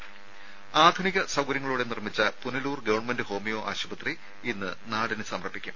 ദരര ആധുനിക സൌകര്യങ്ങളോടെ നിർമ്മിച്ച പുനലൂർ ഗവൺമെന്റ് ഹോമിയോ ആശുപത്രി ഇന്ന് നാടിന് സമർപ്പിക്കും